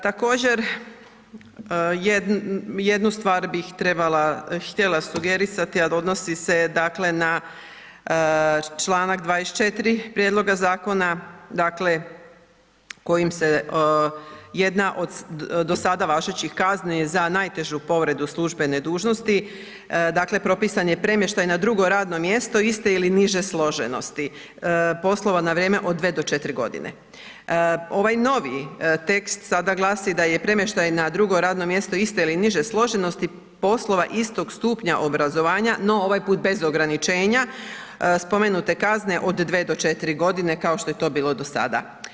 Također, jednu stvar bi htjela sugerirati a odnosi se dakle na članak 24. prijedloga zakona kojim se jedna od dosada važećih kazni za najtežu povredu službene dužnosti, dakle propisan je premještaj na drugo radno mjesto iste ili niže složenosti poslova na vrijeme od 2 do 4 g. Ovaj novi tekst sada glasi da je premještaj na drugo radno mjesto iste ili niže složenosti poslova istog stupnja obrazovanja no ovaj put bez ograničenja spomenute kazne od 2 do 4 g. kao što je to bilo do sada.